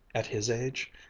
at his age?